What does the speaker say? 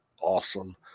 awesome